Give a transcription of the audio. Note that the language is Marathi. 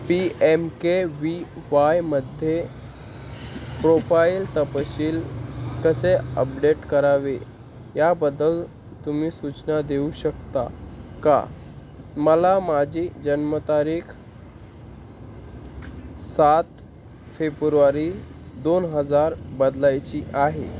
पी एम के वी वायमध्ये प्रोफाईल तपशील कसे अपडेट करावे याबद्दल तुम्ही सूचना देऊ शकता का मला माझी जन्मतारीख सात फेबुवारी दोन हजार बदलायची आहे